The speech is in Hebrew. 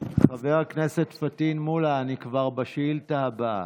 חבר הכנסת פטין מולא, אני כבר בשאילתה הבאה.